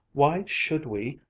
why should we?